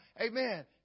Amen